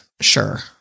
Sure